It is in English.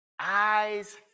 eyes